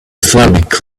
islamic